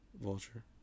Vulture